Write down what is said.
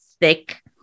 thick